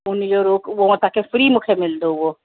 उनजो रोक उअ मां तांखे फ़्री मूंखे मिलंदो उहो